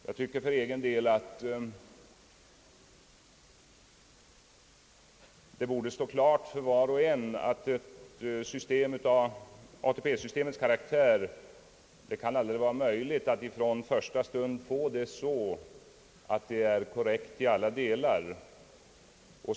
Jag tycker för egen del, att det borde stå klart för var och en, att det aldrig kan vara möjligt att få ett system av ATP systemets karaktär korrekt i alla delar.